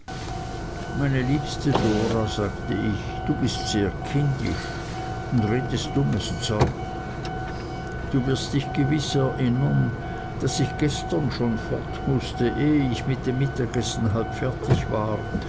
meine liebste dora sagte ich du bist sehr kindisch und redest dummes zeug du wirst dich gewiß erinnern daß ich gestern schon fort mußte ehe ich mit dem mittagessen halb fertig war